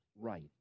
right